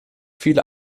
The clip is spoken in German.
viele